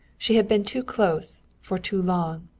she had been too close, for too long.